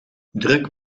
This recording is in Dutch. druk